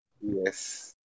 Yes